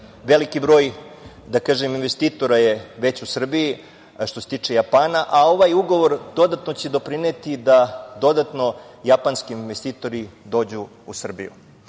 Veliki broj investitora je već u Srbiji što se tiče Japana. Ovaj ugovor će doprineti da dodatno japanski investitori dođu u Srbiju. Ne